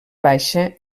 baixa